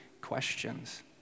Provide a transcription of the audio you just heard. questions